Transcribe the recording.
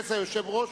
מכס היושב-ראש,